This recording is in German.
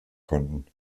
konnten